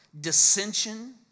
dissension